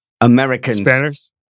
Americans